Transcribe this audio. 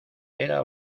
era